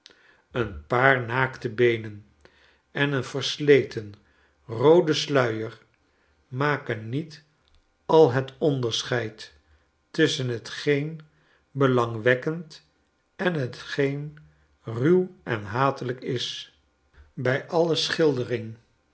een paar naakte beenen en een versleten roode sluier maken niet al het onderscheid tusschen hetgeen belangwekkend en hetgeen ruw en hatelijk is by alle schildering